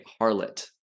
harlot